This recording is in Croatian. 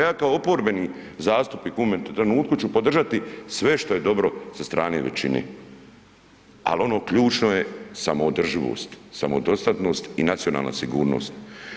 Ja kao oporbeni zastupnik u ovome trenutku ću podržati sve što je dobro sa strane većine, ali ono ključno je samoodrživost, samodostatnost i nacionalna sigurnost.